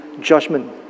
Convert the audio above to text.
judgment